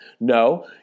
No